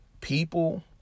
People